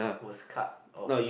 was cut off